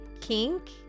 kink